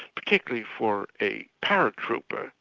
particularly for a paratrooper,